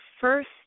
first